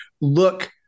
look